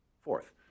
Fourth